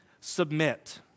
submit